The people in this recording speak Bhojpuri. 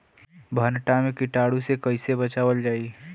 भनटा मे कीटाणु से कईसे बचावल जाई?